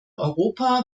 europa